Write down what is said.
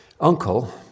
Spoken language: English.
uncle